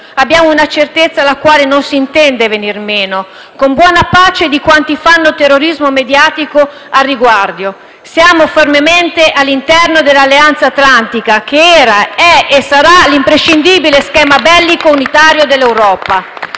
abbiamo una certezza alla quale non si intende venire meno, con buona pace di quanti fanno terrorismo mediatico al riguardo. Siamo fermamente all'interno dell'Alleanza atlantica che era, è e sarà l'imprescindibile schema bellico unitario dell'Europa.